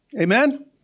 Amen